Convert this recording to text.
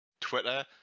twitter